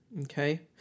Okay